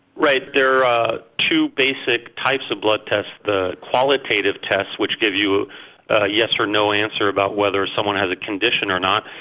right. there are two basic types of blood test the qualitative tests which give you a yes or no answer about whether someone has a condition or not.